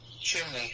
chimney